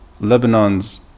Lebanon's